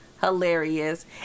hilarious